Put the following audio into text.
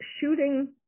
shooting